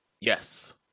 Yes